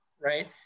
right